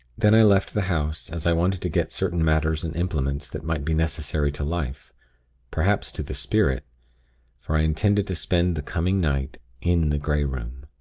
then i left the house, as i wanted to get certain matters and implements that might be necessary to life perhaps to the spirit for i intended to spend the coming night in the grey room.